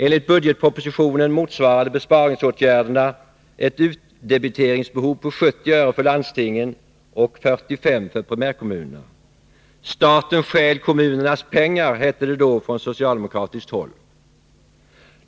Enligt budgetpropositionen motsvarade besparingsåtgärderna ett utdebiteringsbehov på 70 öre för landstingen och 45 öre för primärkommunerna. Staten stjäl kommunernas pengar, hette det då från socialdemokratiskt håll.